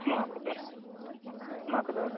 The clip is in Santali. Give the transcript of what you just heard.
ᱱᱚᱣᱟ ᱠᱚᱫᱚ ᱱᱚᱣᱟ ᱠᱚᱫᱚ